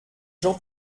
jean